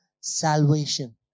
salvation